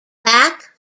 back